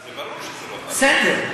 ברור שזה לא חל, בסדר,